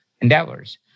endeavors